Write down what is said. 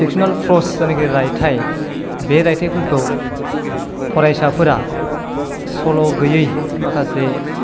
फिक्स'नेल फ्रस जायनाखि रायथाय बे रायथायफोरखौ फरायसाफोरा सल' गैयै माखासे